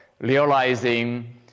realizing